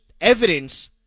evidence